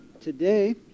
Today